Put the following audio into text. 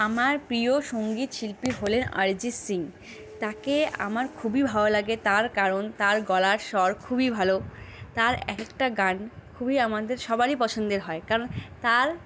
আমার প্রিয় সঙ্গীত শিল্পী হলেন অরিজিৎ সিং তাকে আমার খুবই ভালো লাগে তার কারণ তার গলার স্বর খুবই ভালো তার এক একটা গান খুবই আমাদের সবারই পছন্দের হয় কারণ তার